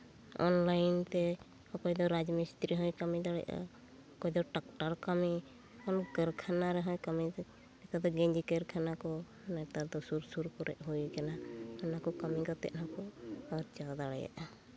online ᱛᱮ ᱚᱠᱚᱭ ᱫᱚ ᱨᱟᱡᱽᱢᱤᱥᱛᱤᱨᱤ ᱦᱚᱸᱭ ᱠᱟᱹᱢᱤ ᱫᱟᱲᱮᱭᱟᱜᱼᱟ ᱚᱠᱚᱭ ᱫᱚ ᱴᱨᱟᱠᱴᱟᱨ ᱠᱟᱹᱢᱤ ᱠᱷᱚᱱ ᱠᱟᱨᱠᱷᱟᱱᱟ ᱨᱮᱦᱚᱸᱭ ᱠᱟᱹᱢᱤᱭᱮᱫᱟ ᱱᱮᱛᱟᱨ ᱫᱚ ᱜᱮᱧᱡᱤ ᱠᱟᱨᱠᱷᱟᱱᱟ ᱠᱚ ᱱᱮᱛᱟᱨ ᱫᱚ ᱥᱩᱨ ᱥᱩᱨ ᱠᱚᱨᱮᱫ ᱦᱩᱭ ᱠᱟᱱᱟ ᱚᱱᱟ ᱠᱚ ᱠᱟᱹᱢᱤ ᱠᱟᱛᱮᱫ ᱦᱚᱸᱠᱚ ᱟᱨᱡᱟᱣ ᱫᱟᱲᱮᱭᱟᱜᱼᱟ